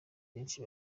benshi